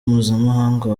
mpuzamahanga